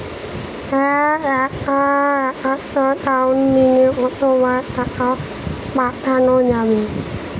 এক একাউন্টে দিনে কতবার টাকা পাঠানো যাবে?